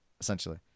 essentially